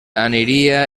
aniria